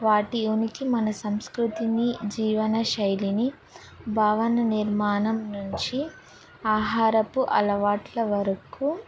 వాటి ఉనికి మన సంస్కృతిని జీవన శైలిని భవన నిర్మాణం నుంచి ఆహారపు అలవాట్ల వరకు